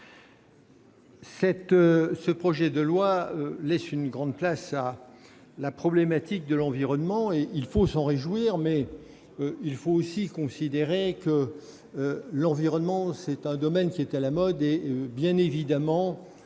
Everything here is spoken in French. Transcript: ce projet de loi donne une grande place à la problématique de l'environnement, et il faut s'en réjouir. Il convient aussi de considérer que l'environnement est un domaine à la mode. Bien évidemment,